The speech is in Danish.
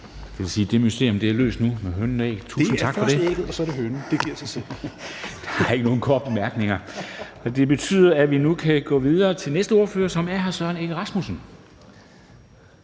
ægget er løst nu. (Rasmus Helveg Petersen (RV): Det er først ægget, og så er det hønen, det giver sig selv). Der er ikke nogen korte bemærkninger, og det betyder, at vi nu kan gå videre til næste ordfører, som er hr. Søren Egge Rasmussen,